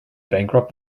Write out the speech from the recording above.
bankrupt